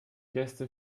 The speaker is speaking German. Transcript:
gäste